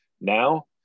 now